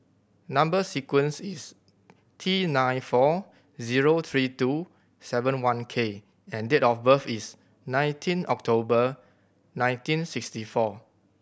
number sequence is T nine four zero three two seven one K and date of birth is nineteen October nineteen sixty four